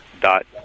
dot